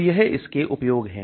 तो यह इसके उपयोग हैं